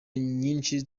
nyinshi